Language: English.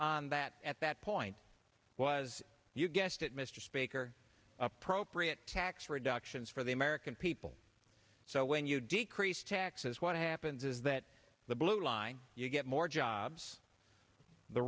that at that point was you guessed it mr speaker appropriate tax reductions for the american people so when you decrease taxes what happens is that the blue line you get more jobs the